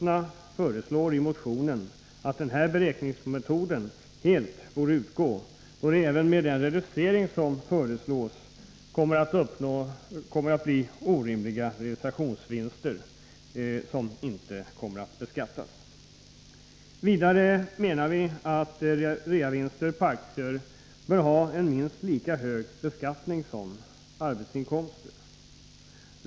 Vpk föreslår i motionen att denna beräkningsmetod helt utgår, då det även med den reducering som föreslås kommer att bli orimliga realisationsvinster som inte kommer att beskattas. Vidare menar vi att reavinster på aktier bör ha minst lika hög beskattning som arbetsinkomster.